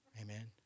Amen